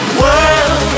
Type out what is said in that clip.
world